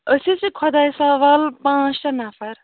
أسۍ حظ چھِ خۄدایس حوال پانٛژھ شےٚ نَفر